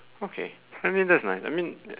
okay I mean that's nice I mean ya